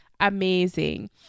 amazing